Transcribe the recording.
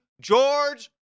George